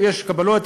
יש קבלות,